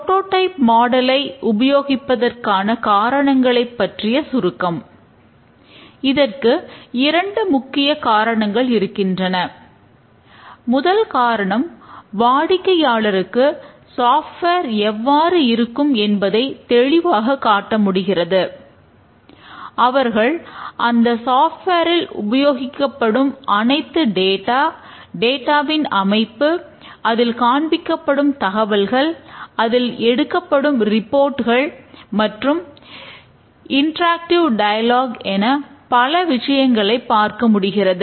prototype மாடலை என பல விஷயங்களை பார்க்க முடிகிறது